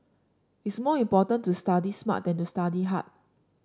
it's more important to study smart than to study hard